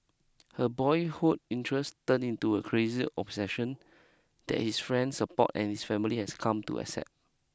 her boyhood interest turned into a crazy obsession that his friends support and his family has come to accept